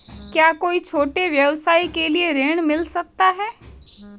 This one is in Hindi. क्या कोई छोटे व्यवसाय के लिए ऋण मिल सकता है?